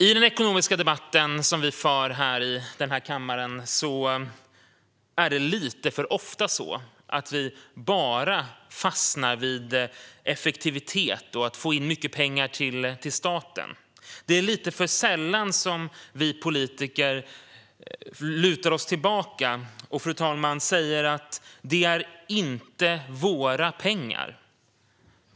I den ekonomiska debatt som vi för här i denna kammare är det lite för ofta så att vi bara fastnar vid effektivitet och vid att få in mycket pengar till staten. Det är lite för sällan, fru talman, som vi politiker lutar oss tillbaka och säger: Det är inte våra pengar.